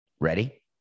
Ready